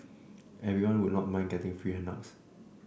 everyone would not mind getting free handouts